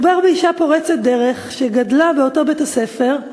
מדובר באישה פורצת דרך, שגדלה באותו בית-הספר,